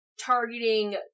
targeting